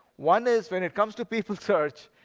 one is when it comes to people search,